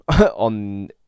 on